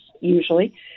usually